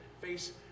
face